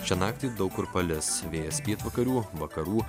šią naktį daug kur palis vėjas pietvakarių vakarų